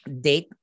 date